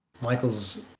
Michael's